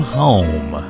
home